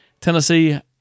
Tennessee